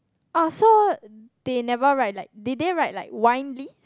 oh so they never write like did they write like wine list